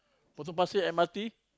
Potong Pasir M_R_T